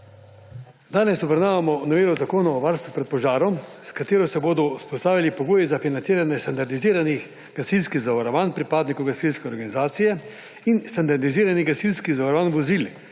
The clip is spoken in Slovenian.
Danes obravnavamo novelo Zakona o varstvu pred požarom, s katero se bodo vzpostavili pogoji za financiranje standardiziranih gasilskih zavarovanj pripadnikov gasilske organizacije in standardiziranih gasilskih zavarovanj vozil,